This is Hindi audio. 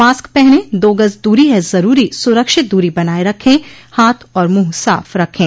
मास्क पहनें दो गज़ दूरी है ज़रूरी सुरक्षित दूरी बनाए रखें हाथ और मुंह साफ रखें